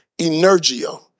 energio